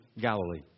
Galilee